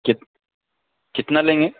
کت کتنا لیں گے